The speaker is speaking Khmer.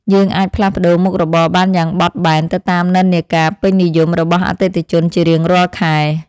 យើងអាចផ្លាស់ប្តូរមុខរបរបានយ៉ាងបត់បែនទៅតាមនិន្នាការពេញនិយមរបស់អតិថិជនជារៀងរាល់ខែ។